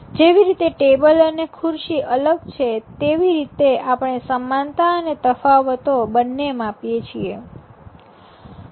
જેવી રીતે ટેબલ અને ખુરશી અલગ છે તેવી રીતે આપણે સમાનતા અને તફાવતો બંને માપીએ છીએ